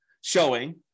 showing